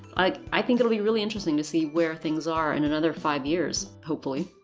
like i think it'll be really interesting to see where things are in another five years hopefully.